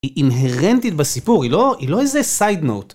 היא אינהרנטית בסיפור, היא לא איזה סיידנוט.